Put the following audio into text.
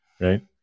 Right